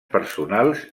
personals